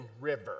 River